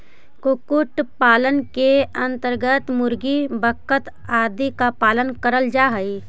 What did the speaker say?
कुक्कुट पालन के अन्तर्गत मुर्गी, बतख आदि का पालन करल जा हई